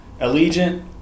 Allegiant